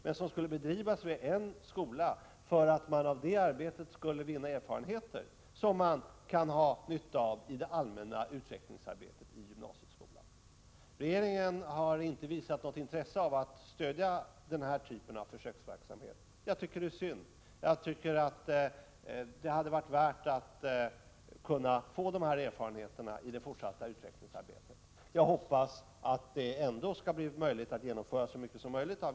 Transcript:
Den skulle bedrivas vid en viss skola för att man härigenom skulle vinna erfarenheter som man kan ha nytta av i det allmänna utvecklingsarbetet i gymnasieskolan. Regeringen har inte visat något intresse av att stödja denna typ av försöksverksamhet, och det är synd. Jag tycker att det hade varit värdefullt att få sådana här erfarenheter i det fortsatta utvecklingsarbetet. Jag hoppas att det ändå skall bli möjligt att genomföra så mycket som möjligt av